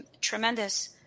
tremendous